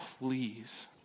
please